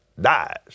dies